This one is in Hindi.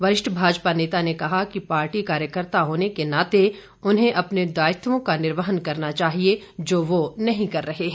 वरिष्ठ भाजपा नेता ने कहा कि पार्टी कार्यकर्ता होने के नाते उन्हें अपने दायित्वों का निर्वहन करना चाहिए जो वो नहीं कर रहे हैं